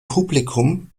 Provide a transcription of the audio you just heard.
publikum